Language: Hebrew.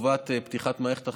פתיחת מערכת החינוך,